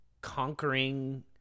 conquering